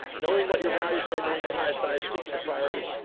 knowing what your values are, knowing your highest values, sticking to priority,